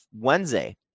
Wednesday